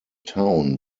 town